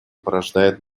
порождают